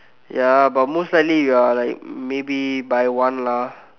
ya but most likely you're like maybe by one lah